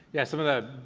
yeah some of the,